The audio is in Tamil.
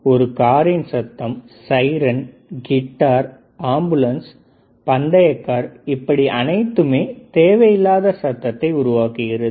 ஒரு காரின் சத்தம் சைரன் கிட்டார் ஆம்புலன்ஸ் பந்தயக் கார் இப்படி அனைத்துமே தேவையில்லாத சத்தத்தை உருவாக்குகிறது